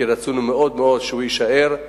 כי רצינו מאוד מאוד שהוא יישאר.